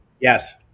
yes